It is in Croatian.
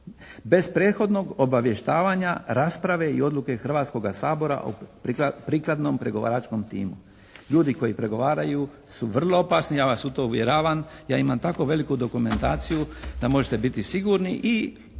bez prethodnog obavještavanja, rasprave i odluke Hrvatskoga sabora o prikladnom pregovaračkom timu". Ljudi koji pregovaraju su vrlo opasni, ja vas u to uvjeravam. Ja imam tako veliku dokumentaciju da možete biti sigurni.